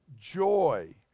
joy